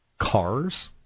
Cars